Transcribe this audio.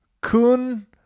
Kun